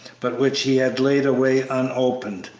but which he had laid away unopened,